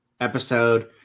episode